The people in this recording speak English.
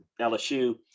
LSU